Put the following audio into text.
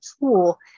tool